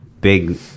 big